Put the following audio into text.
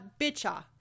bitcha